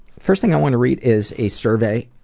first thing i want to read is a survey